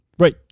Right